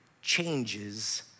changes